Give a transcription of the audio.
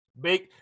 big